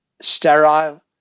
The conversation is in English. sterile